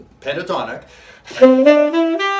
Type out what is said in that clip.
pentatonic